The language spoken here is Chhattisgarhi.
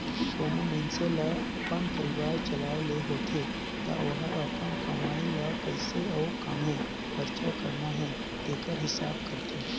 कोनो मइनसे ल अपन परिवार चलाए ले होथे ता ओहर अपन कमई ल कइसे अउ काम्हें खरचा करना हे तेकर हिसाब करथे